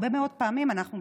הרבה מאוד פעמים אנחנו גילינו,